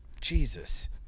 jesus